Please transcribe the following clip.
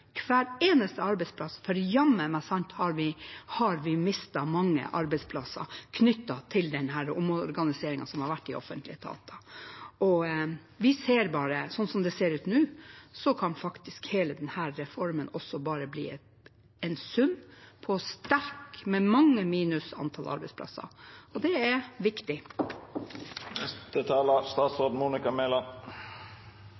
hver eneste arbeidsplass, for jammen meg har vi mistet mange arbeidsplasser knyttet til omorganiseringen i offentlige etater. Som det ser ut nå, kan hele denne reformen bare bli en sterk sum – med mange minustall for arbeidsplasser. Det er viktig. Vi følger opp regionreformen i mange departementer – de jobber med å overføre oppgaver til alle regionene, også Troms og Finnmark. Sektoransvaret for det